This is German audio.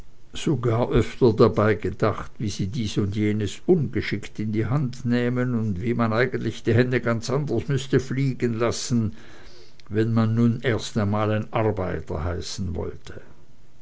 sogar öfter dabei gedacht wie sie dies und jenes ungeschickt in die hand nähmen und wie man eigentlich die hände ganz anders müßte fliegen lassen wenn man erst einmal ein arbeiter heißen wolle